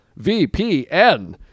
VPN